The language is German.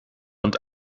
und